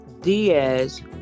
Diaz